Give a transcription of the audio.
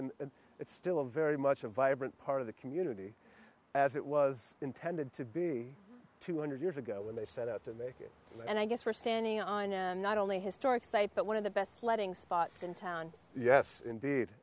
and it's still a very much a vibrant part of the community as it was intended to be two hundred years ago when they set out to make it and i guess we're standing on a not only historic site but one of the best sledding spots in town yes indeed